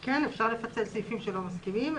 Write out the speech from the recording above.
כן, אפשר לפצל סעיפים שלא מסכימים להם.